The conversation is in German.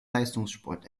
leistungssport